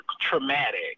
traumatic